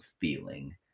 feeling